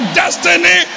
destiny